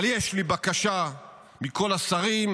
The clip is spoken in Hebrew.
אבל יש לי בקשה מכל השרים,